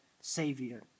savior